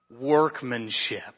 workmanship